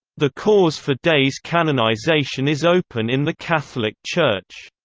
the cause for day's canonization is open in the catholic church.